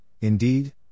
indeed